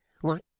What